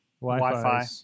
Wi-Fi